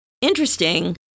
Interesting